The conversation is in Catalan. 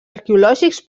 arqueològics